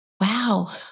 wow